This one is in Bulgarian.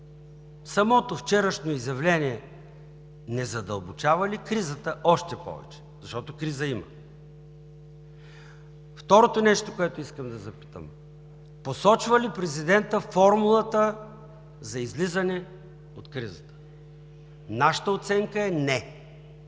Самото вчерашно изявление не задълбочава ли кризата още повече, защото криза има? Второто нещо, което искам да запитам: посочва ли президентът формулата за излизане от кризата? Нашата оценка е: не.